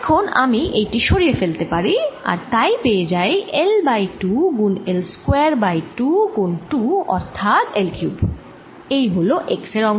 এখন আমি এইতি সরিয়ে ফেলতে পারি আর তাই পেয়ে যাই L বাই 2 গুণ L স্কয়ার বাই 2 গুণ 2 অর্থাৎ L কিউব এই হল x এর অংশ